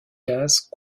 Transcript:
cases